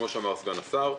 כמו שאמר סגן השר,